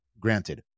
Granted